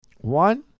One